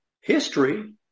history